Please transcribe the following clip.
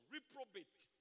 Reprobate